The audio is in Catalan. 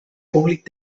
públic